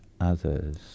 others